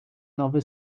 nowy